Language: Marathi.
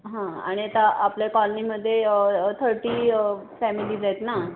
हां आणि आता आपल्या कॉलनीमध्ये थर्टी फॅमिलीज आहेत ना